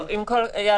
איל,